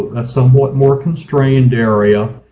a somewhat more constrained area.